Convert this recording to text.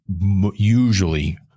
usually